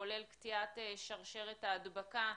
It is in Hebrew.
כולל קטיעת שרשרת ההדבקה,